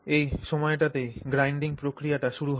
এই সময়টাতেই গ্রাইন্ডিং প্রক্রিয়াটি শুরু হয়